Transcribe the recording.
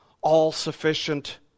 all-sufficient